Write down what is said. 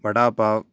vada pav